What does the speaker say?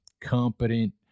competent